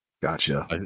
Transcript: Gotcha